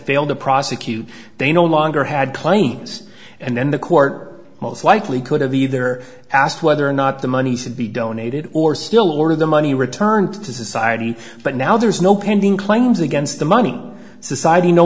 failed to prosecute they no longer had claims and then the court most likely could have either asked whether or not the money should be donated or still or the money returned to society but now there is no pending claims against the money society no